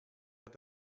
hat